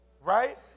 Right